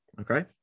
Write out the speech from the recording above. okay